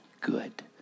good